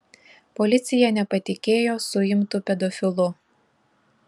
policija nepatikėjo suimtu pedofilu